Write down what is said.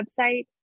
website